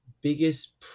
biggest